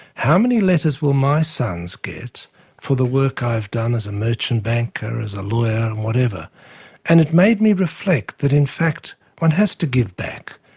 how many letters will my sons get for the work i've done as a merchant banker, as a lawyer, whatever and it made me reflect, that in fact one has to give back,